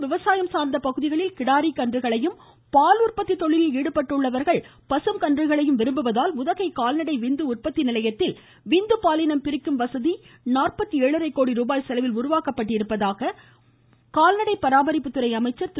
தமிழகத்தில் விவசாயம் சார்ந்த பகுதிகளில் கிடாரி கன்றுகளையும் பால் உற்பத்தி தொழிலில் ஈடுபட்டுள்ளவர்கள் பசு கன்றுகளையும் விரும்புவதால் உதகை கால்நடை விந்து உற்பத்தி நிலையத்தில் விந்து பாலினம் பிரிக்கும் வசதி நாற்பத்து ஏழரை கோடி ருபாய் செலவில் உருவாக்கப்பட்டிருப்பதாக மாநில கால்நடை பராமரிப்புத்துறை அமைச்சர் திரு